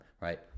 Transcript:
right